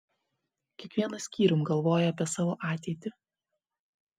kiekvienas skyrium galvoja apie savo ateitį